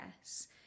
yes